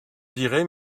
dirait